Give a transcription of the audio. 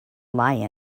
lie